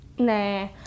Nah